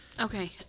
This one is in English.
Okay